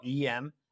EM